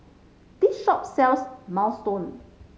this shop sells Minestrone